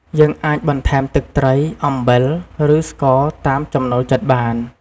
យើងអាចបន្ថែមទឹកត្រី អំបិល ឬស្ករតាមចំណូលចិត្តបាន។